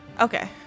Okay